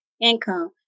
income